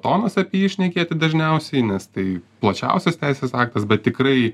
tonas apie jį šnekėti dažniausiai nes tai plačiausias teisės aktas bet tikrai